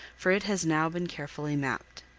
for it has now been carefully mapped.